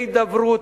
בהידברות.